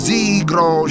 Zigro